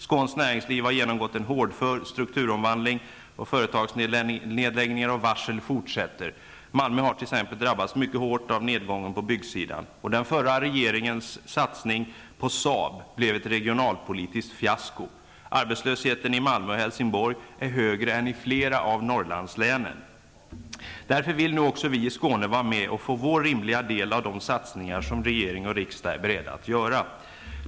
Skånskt näringsliv har genomgått en hårdför strukturomvandling, och företagsnedläggningar och varsel fortsätter. Malmö har t.ex. drabbats mycket hårt av nedgången på byggsidan. Den förra regeringens satsning på Saab blev ett regionalpolitiskt fiasko. Arbetslösheten i Malmö och Helsingborg är högre än i flera av Därför vill nu också vi i Skåne vara med och få vår rimliga del av de satsningar som regering och riksdag är beredda att göra.